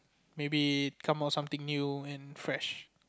maybe come out something new and fresh